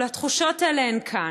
אבל התחושות האלה הן כאן.